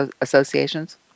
associations